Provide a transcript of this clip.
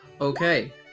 Okay